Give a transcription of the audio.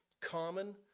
common